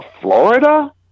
Florida